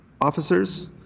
officers